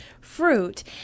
fruit